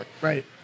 Right